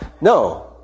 No